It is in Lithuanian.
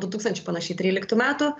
du tūkstančiai panašiai tryliktų metų